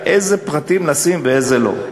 איזה פרטים לשים ואיזה לא.